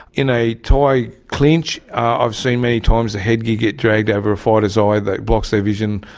in a thai clinch i've seen many times the headgear get dragged over a fighter's eye, that blocks their vision.